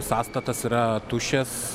sąstatas yra tuščias